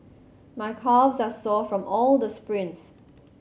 my calves are sore from all the sprints